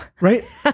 Right